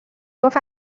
گفت